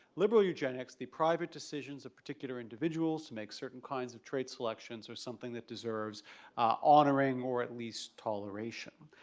liberal eugenics, the private decisions of particular individuals to make certain kinds of trade selections or something that deserves honoring or at least toleration.